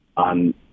on